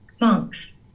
monks